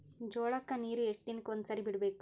ಜೋಳ ಕ್ಕನೀರು ಎಷ್ಟ್ ದಿನಕ್ಕ ಒಂದ್ಸರಿ ಬಿಡಬೇಕು?